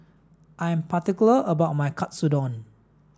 I'm particular about my Katsudon